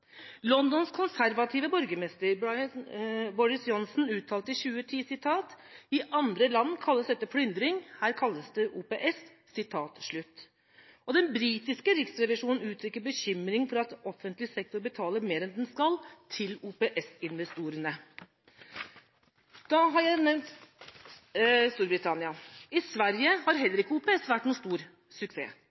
Londons konservative borgermester Boris Johnson uttalte i 2010: «I andre land kalles dette plyndring, her heter det OPS.» Den britiske riksrevisjonen uttrykker bekymring for at offentlig sektor betaler mer enn den skal til OPS-investorene. Da har jeg nevnt Storbritannia. I Sverige har heller ikke OPS vært noen stor suksess.